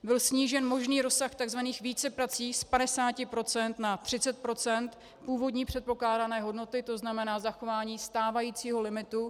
Byl snížen možný rozsah tzv. víceprací z 50 % na 30 % původní předpokládané hodnoty, to znamená zachování stávajícího limitu.